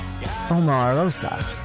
Omarosa